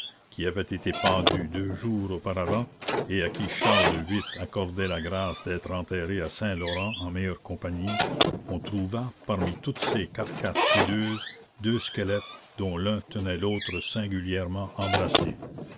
qui avait été pendu deux jours auparavant et à qui charles viii accordait la grâce d'être enterré à saint-laurent en meilleure compagnie on trouva parmi toutes ces carcasses hideuses deux squelettes dont l'un tenait l'autre singulièrement embrassé